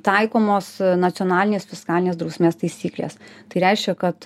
taikomos nacionalinės fiskalinės drausmės taisyklės tai reiškia kad